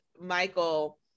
Michael